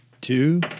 Two